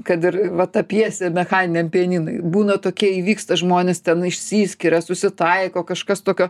kad ir va ta pjesė mechaniniam pianinui būna tokie įvyksta žmonės ten išsiskiria susitaiko kažkas tokio